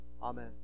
Amen